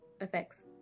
effects